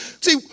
see